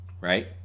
right